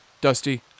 Dusty